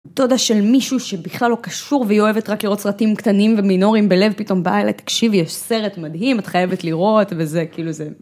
דודה של מישהו שבכלל לא קשור והיא אוהבת רק לראות סרטים קטנים ומינוריים בלב, פתאום באה אליי, תקשיבי, יש סרט מדהים, את חייבת לראות וזה, כאילו זה...